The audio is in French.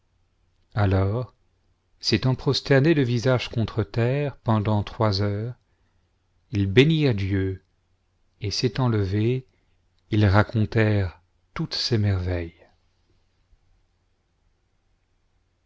alors s'étant prosternés le visage contre terre pendant trois heures ils bénirent dieu et s'étant levés ils racontèrent toutes ses merveilles